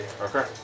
Okay